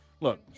look